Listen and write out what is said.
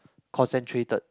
concentrated